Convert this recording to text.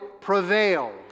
prevail